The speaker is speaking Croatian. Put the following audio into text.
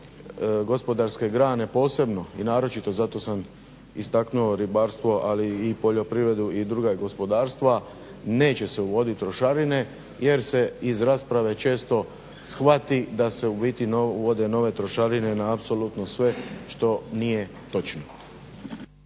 gospodarske grane posebno i naročito, zato sam istaknuo ribarstvo, ali i poljoprivredu i druga gospodarstva, neće se uvodit trošarine jer se iz rasprave često shvati da se u biti uvode nove trošarine na apsolutno sve što nije točno.